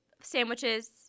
sandwiches